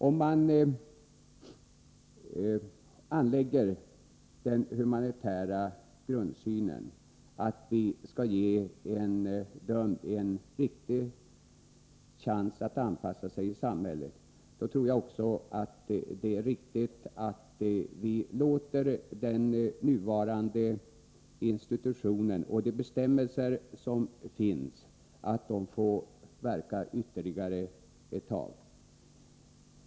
Om man har den humanitära grundsynen att en dömd skall ges en reell chans att anpassa sig i samhället, tror jag också att det är riktigt att låta den nuvarande institutionen och de bestämmelser som finns verka ytterligare ett tag.